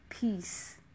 peace